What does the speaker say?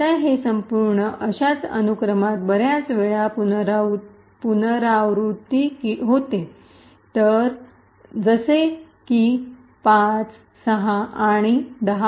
आता हे संपूर्ण अशाच अनुक्रमात बर्याच वेळा पुनरावृत्ती होते जसे की 5 6 आणि 10